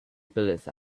bullets